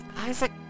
Isaac